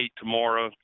tomorrow